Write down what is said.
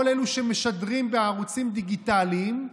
כל אלה שמשדרים בערוצים דיגיטליים,